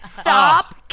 Stop